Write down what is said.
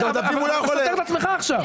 אתה סותר את עצמך עכשיו.